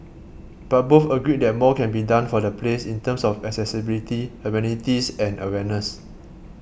but both agreed that more can be done for the place in terms of accessibility amenities and awareness